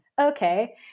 okay